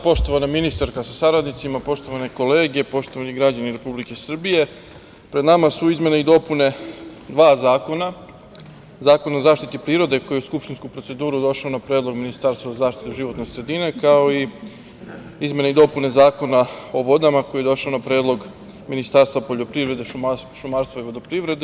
Poštovana ministarka sa saradnicima, poštovane kolege, poštovani građani Republike Srbije, pred nama su izmene i dopune dva zakona, Zakon o zaštiti prirode koji je u skupštinsku proceduru došao na predlog Ministarstava za zaštitu životne sredine, kao i izmene i dopune Zakona o vodama, koji je došao na predlog Ministarstva poljoprivrede, šumarstava i vodoprivrede.